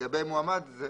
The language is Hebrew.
לגבי מועמד זה